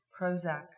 Prozac